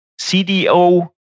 cdo